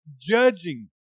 judging